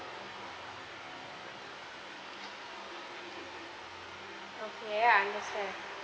okay I understand